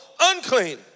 unclean